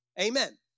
Amen